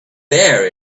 there